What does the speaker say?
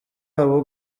abo